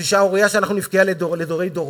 זו שערורייה שאנחנו נבכה עליה דורי-דורות.